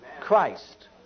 Christ